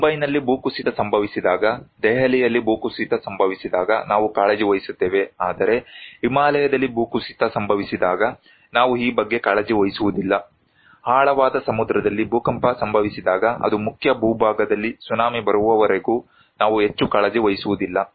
ಮುಂಬೈನಲ್ಲಿ ಭೂಕುಸಿತ ಸಂಭವಿಸಿದಾಗ ದೆಹಲಿಯಲ್ಲಿ ಭೂಕುಸಿತ ಸಂಭವಿಸಿದಾಗ ನಾವು ಕಾಳಜಿ ವಹಿಸುತ್ತೇವೆ ಆದರೆ ಹಿಮಾಲಯದಲ್ಲಿ ಭೂಕುಸಿತ ಸಂಭವಿಸಿದಾಗ ನಾವು ಈ ಬಗ್ಗೆ ಕಾಳಜಿ ವಹಿಸುವುದಿಲ್ಲ ಆಳವಾದ ಸಮುದ್ರದಲ್ಲಿ ಭೂಕಂಪ ಸಂಭವಿಸಿದಾಗ ಅದು ಮುಖ್ಯ ಭೂಭಾಗದಲ್ಲಿ ಸುನಾಮಿ ಬರುವವರೆಗೂ ನಾವು ಹೆಚ್ಚು ಕಾಳಜಿ ವಹಿಸುವುದಿಲ್ಲ